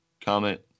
comment